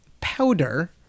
powder